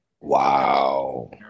Wow